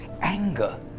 anger